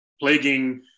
plaguing